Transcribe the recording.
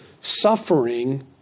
suffering